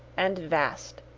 and vast.